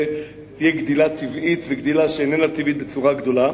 גדילה טבעית וגדילה שאיננה טבעית בצורה גדולה,